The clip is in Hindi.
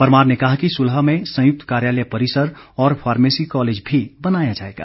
परमार ने कहा कि सुलाह में संयुक्त कार्यालय परिसर और फार्मेसी कॉलेज भी बनाया जाएगा